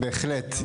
בהחלט.